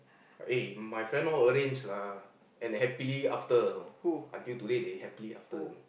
eh my friend all arrange lah and happily after you know until today they happy after you know